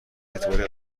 اعتباری